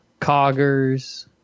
coggers